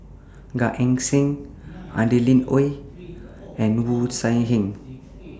Gan Eng Seng Adeline Ooi and Wu Tsai Yen